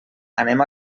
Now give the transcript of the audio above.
anem